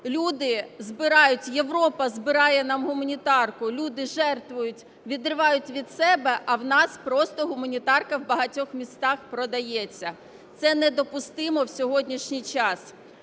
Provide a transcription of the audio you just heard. Люди збирають, Європа збирає нам гуманітарку, люди жертвують, відривають від себе, а у нас просто гуманітарка у багатьох містах продається. Це недопустимо в сьогоднішній час.